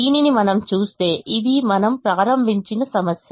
దీనిని మనం చూస్తే ఇది మనము ప్రారంభించిన సమస్య